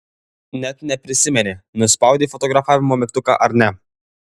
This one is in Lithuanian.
net neprisimeni nuspaudei fotografavimo mygtuką ar ne